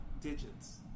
digits